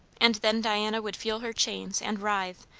and then diana would feel her chains, and writhe,